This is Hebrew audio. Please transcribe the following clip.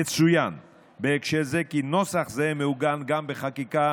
יצוין בהקשר זה כי נוסח זה מעוגן גם בחקיקה